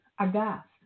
aghast